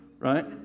right